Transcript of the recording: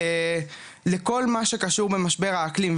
ולכל מה שקשור במשבר האקלים,